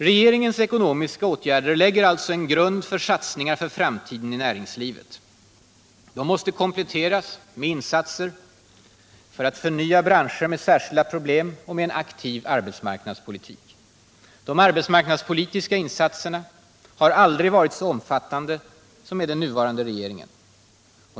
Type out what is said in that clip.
Regeringens ekonomiska åtgärder lägger alltså en grund för satsningar för framtiden i näringslivet. De måste kompletteras med insatser för att förnya branscher med särskilda problem och med en aktiv arbetsmarknadspolitik. De arbetsmarknadspolitiska insatserna har aldrig varit så omfattande som med den nuvarande regeringen.